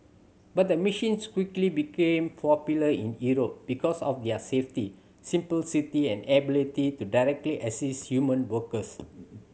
but the machines quickly became popular in Europe because of their safety simplicity and ability to directly assist human workers